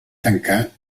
tancar